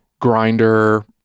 grinder